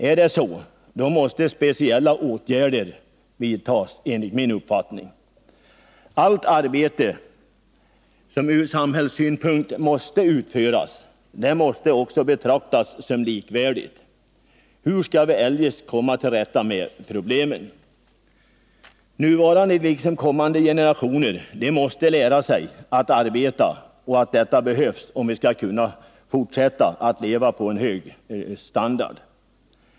Är det så måste speciella åtgärder vidtas, enligt min uppfattning. Allt arbete som ur samhällssynpunkt måste utföras måste också betraktas som likvärdigt. Hur skall vi eljest komma till rätta med problemen? Nuvarande liksom kommande generationer måste lära sig att arbeta och att inse att detta behövs om vi skall kunna fortsätta att leva på en hög standard.